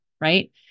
right